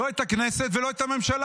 לא את הכנסת ולא את הממשלה.